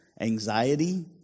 anxiety